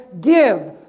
give